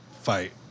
fight